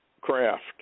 craft